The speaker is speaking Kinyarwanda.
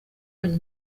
bajya